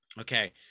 Okay